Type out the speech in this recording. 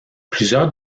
plusieurs